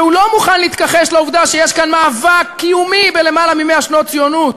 והוא לא מוכן להתכחש לעובדה שיש כאן מאבק קיומי יותר מ-100 שנות ציונות,